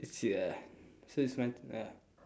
it's ya so it's my turn ah